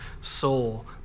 soul